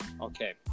Okay